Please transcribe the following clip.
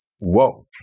Whoa